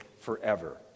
forever